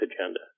agenda